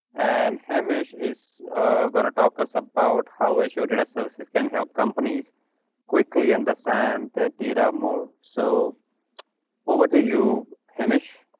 an hamish is gonna talk us about how i show data services can help companies quickly understand that data more so over to you, hamish.